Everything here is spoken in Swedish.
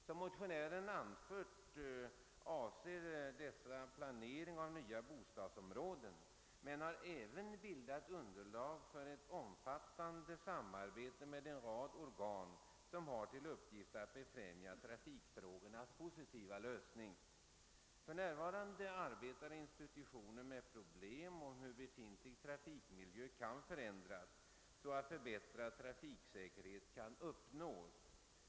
Som motionären nyss anfört avser dessa riktlinjer planering av nya bostadsområden, men de har även bildat underlag: för ett omfattande samarbete med en rad organ som har till uppgift att befrämja trafikfrågornas positiva lösning. För närvarande arbetar institutionen för stadsbyggnad vid Chalmers tekniska högskola med problem om hur be-- fintlig trafikmiljö kan förändras så att förbättrad trafiksäkerhet uppnås.